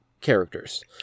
characters